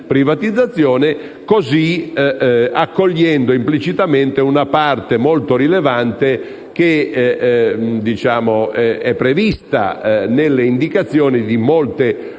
così accogliendo implicitamente una parte molto rilevante prevista nelle indicazioni di molte